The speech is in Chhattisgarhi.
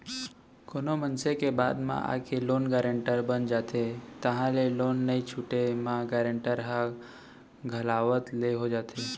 कोनो मनसे के बात म आके लोन गारेंटर बन जाथे ताहले लोन नइ छूटे म गारेंटर ह घलावत ले हो जाथे